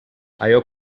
allò